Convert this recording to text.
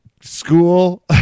School